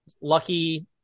lucky